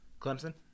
Clemson